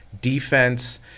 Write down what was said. defense